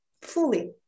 fully